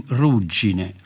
ruggine